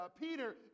Peter